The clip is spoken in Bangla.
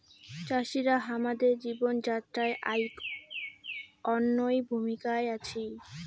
চাষিরা হামাদের জীবন যাত্রায় আইক অনইন্য ভূমিকার আছি